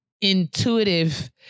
intuitive